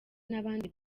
n’abandi